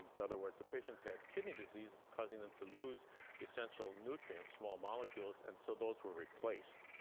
in other words, patients had kidney disease, causing them to lose essential nutrients, small molecules, and so those were replaced.